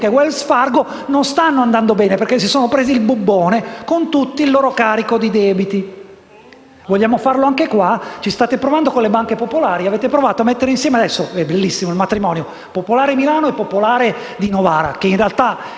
Wells Fargo non stanno andando bene, perché si sono prese il bubbone con tutto il suo carico di debiti. Vogliamo farlo anche qui? Ci state provando con le banche popolari. Avete cioè provato a mettere insieme (è bellissimo il matrimonio) la Banca popolare di Milano e la Banca popolare di Novara, che in realtà è fatta dalla